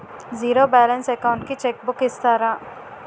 Zero balance account కి cheque book ఇస్తారా?